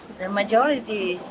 the majority